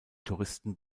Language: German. touristen